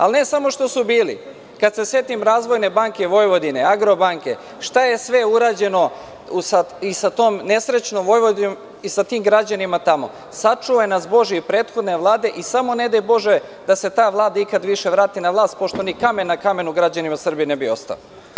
Ali, ne samo što su bili, kada se setim Razvojne banke Vojvodine, „Agrobanke“, šta je sve urađeno i sa tom nesrećnom Vojvodinom i sa tim građanima tamo, sačuvaj nas Bože i prethodne Vlade i samo ne daj Bože da se ta vlada ikada više vrati na vlast pošto ni kamen na kamenu građanima Srbije ne bi ostalo.